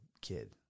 kid